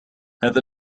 هذا